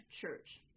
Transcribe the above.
Church